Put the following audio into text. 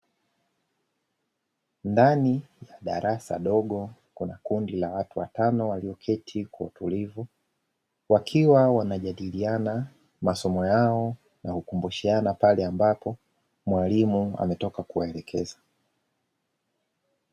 Ndani ya darasa dogo, kuna kundi la watu watano walioketi kwa utulivu, wakiwa wanajadiliana masomo yao na kukumbushana pale ambapo mwalimu ametoka kuwaelekeza.